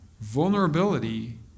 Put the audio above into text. Vulnerability